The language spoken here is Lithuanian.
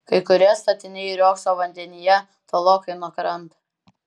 kai kurie statiniai riogso vandenyje tolokai nuo kranto